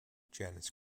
janice